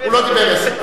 הוא לא דיבר עשר דקות,